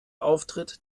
auftritt